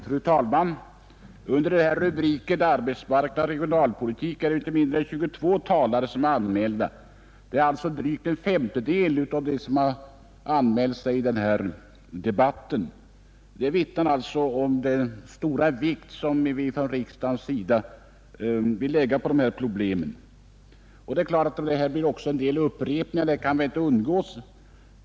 Fru talman! Under rubriken ”Arbetsmarknadsoch regionalpolitik” är inte mindre än 22 talare anmälda, alltså drygt en femtedel av dem som har anmält sig till debatten. Det vittnar om den stora vikt som vi i riksdagen lägger vid dessa problem. Att det blir en del upprepningar kan väl inte undvikas.